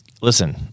listen